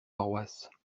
paroisses